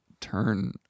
turn